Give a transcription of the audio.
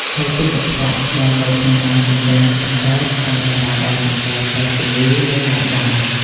ហើយទឹកកខ្វក់ដែលនៅក្នុងអាងចិញ្ចឹមកង្កែបអាចបណ្ដាលឲ្យកង្កែបកើតជំងឺ និងងាប់បាន។